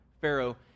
pharaoh